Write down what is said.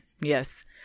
Yes